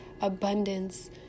abundance